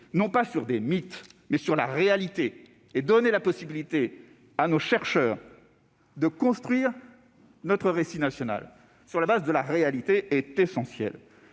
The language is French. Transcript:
non pas sur des mythes, mais sur la réalité, et de donner la possibilité à nos chercheurs de construire notre récit national sur les faits est essentiel.